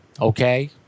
okay